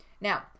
Now